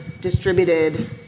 distributed